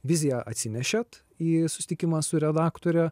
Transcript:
viziją atsinešėt į susitikimą su redaktore